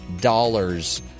dollars